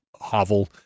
hovel